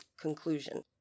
conclusion